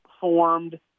formed